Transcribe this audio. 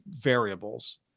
variables